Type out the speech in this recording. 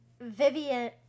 Vivian